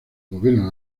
gobierno